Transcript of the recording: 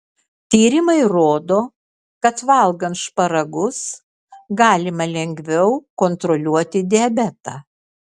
tyrimai rodo kad valgant šparagus galima lengviau kontroliuoti diabetą